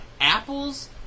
Apples